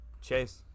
Chase